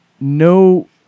no